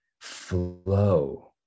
flow